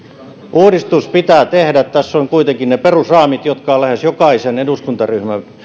uudistus pitää tehdä tässä on kuitenkin ne perusraamit jotka ovat lähes jokaisen eduskuntaryhmän